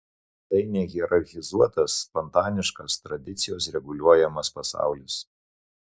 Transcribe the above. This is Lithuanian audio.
tai nehierarchizuotas spontaniškas tradicijos reguliuojamas pasaulis